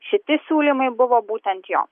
šiti siūlymai buvo būtent jo